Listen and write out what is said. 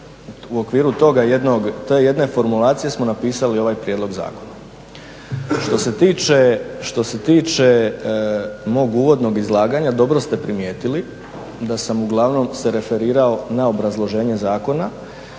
u okviru toga jednog, te jedne formulacije smo napisali ovaj prijedlog zakona. Što se tiče, što se tiče mog uvodnog izlaganja dobro ste primijeti da sam uglavnom se referirao na obrazloženje zakona